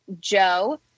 Joe